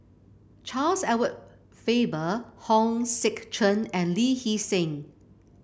Charles Edward Faber Hong Sek Chern and Lee Hee Seng